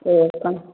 ओ कोन